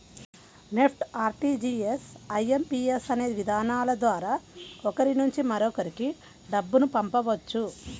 NEFT, RTGS, IMPS అనే విధానాల ద్వారా ఒకరి నుంచి మరొకరికి డబ్బును పంపవచ్చు